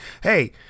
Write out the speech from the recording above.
hey